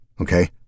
okay